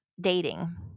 dating